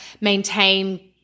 maintain